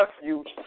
refuge